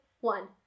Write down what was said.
one